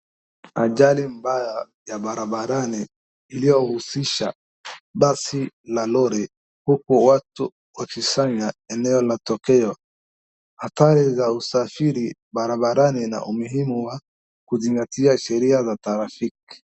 Ajali mbaya ya barabarani iliyohusisha basi la lori, huku watu wakisanya eneo la tokeo. Hadhari za usafiri barabrani na umuhimu wa kuzingatia sheria za trafiki .